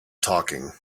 talking